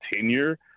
tenure